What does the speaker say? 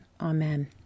Amen